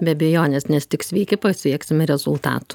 be abejonės nes tik sveiki pasieksime rezultatų